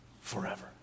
forever